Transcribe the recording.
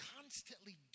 constantly